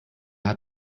hat